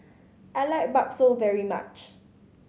I like bakso very much